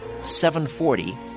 740